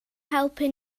helpu